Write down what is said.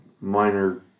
minor –